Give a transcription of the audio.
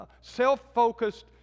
self-focused